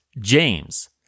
James